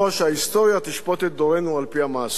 ההיסטוריה תשפוט את דורנו על-פי המעשים.